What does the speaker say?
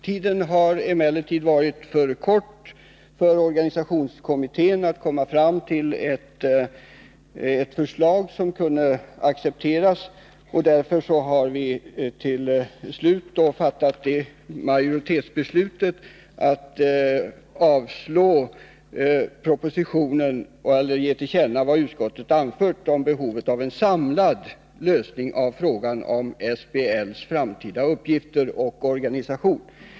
Tiden har emellertid varit för kort för att organisationskommittén skulle kunna komma fram till ett förslag som kunde accepteras, och därför har vi till sist fattat majoritetsbeslutet att föreslå riksdagen att ge regeringen till känna vad utskottet anfört om behovet av en samlad lösning av frågan om SBL:s framtida uppgifter och organisation.